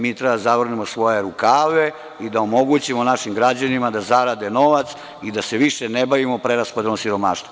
Mi treba da zavrnemo svoje rukave i da omogućimo našim građanima da zarade novac i da se više ne bavimo preraspodelom siromaštva.